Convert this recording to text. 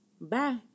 bye